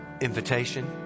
invitation